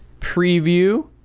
preview